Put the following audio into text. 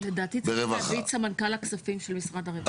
ברווחה -- לדעתי צריך להביא את סמנכ"ל הכספים של משרד הרווחה.